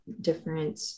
different